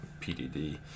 PDD